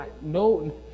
no